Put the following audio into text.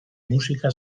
musika